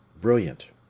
brilliant